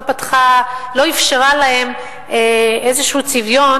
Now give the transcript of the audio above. לא אפשרה להם איזשהו צביון,